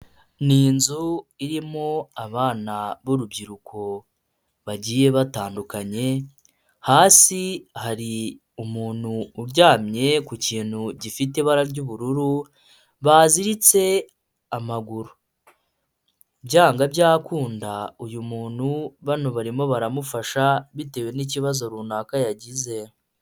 Ni inzu irimo abana b'urubyiruko bagiye batandukanye hasi hari umuntu uryamye ku kintu gifite ibara ry'ubururu baziritse amaguru, byanga byakunda uyu muntu bano barimo baramufasha bitewe n'ikibazo runaka yagize.